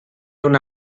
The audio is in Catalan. una